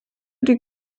die